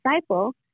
disciple